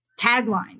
tagline